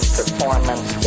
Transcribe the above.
performance